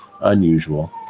unusual